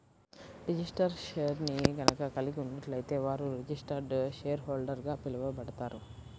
registered షేర్ని గనక కలిగి ఉన్నట్లయితే వారు రిజిస్టర్డ్ షేర్హోల్డర్గా పిలవబడతారు